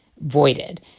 voided